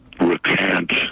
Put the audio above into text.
recant